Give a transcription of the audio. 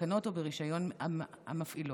בתקנות או ברישיון המפעילות.